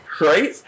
Right